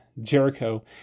Jericho